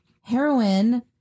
heroin